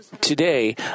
Today